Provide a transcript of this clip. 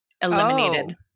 Eliminated